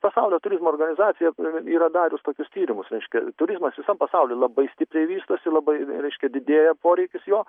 pasaulio turizmo organizacija yra darius tokius tyrimus reiškia turizmas visam pasauly labai stipriai vystosi labai reiškia didėja poreikis jo